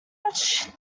watch